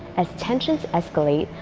as tensions escalate,